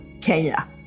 Kenya